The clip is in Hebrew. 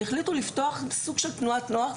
הם החליטו לפתוח סוג של תנועת נוער,